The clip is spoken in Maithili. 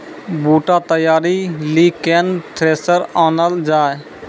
बूटा तैयारी ली केन थ्रेसर आनलऽ जाए?